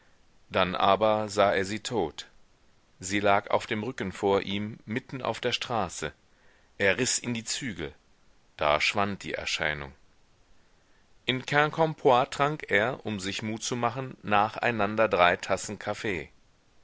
dann aber sah er sie tot sie lag auf dem rücken vor ihm mitten auf der straße er riß in die zügel da schwand die erscheinung in quincampoix trank er um sich mut zu machen nacheinander drei tassen kaffee